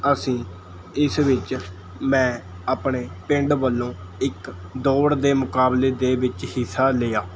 ਅਸੀਂ ਇਸ ਵਿੱਚ ਮੈਂ ਆਪਣੇ ਪਿੰਡ ਵੱਲੋਂ ਇੱਕ ਦੌੜ ਦੇ ਮੁਕਾਬਲੇ ਦੇ ਵਿੱਚ ਹਿੱਸਾ ਲਿਆ